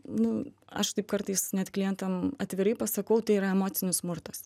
nu aš taip kartais net klientam atvirai pasakau tai yra emocinis smurtas